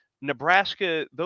Nebraska